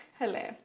hello